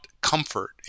comfort